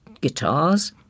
guitars